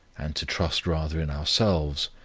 and to trust rather in ourselves,